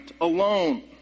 alone